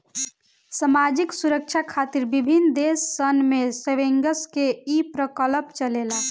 सामाजिक सुरक्षा खातिर विभिन्न देश सन में सेविंग्स के ई प्रकल्प चलेला